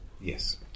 Yes